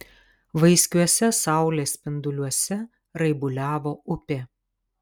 vaiskiuose saulės spinduliuose raibuliavo upė